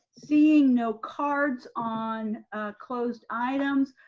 seeing no cards on closed items.